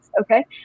Okay